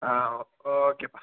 ஆ ஓ ஓகேப்பா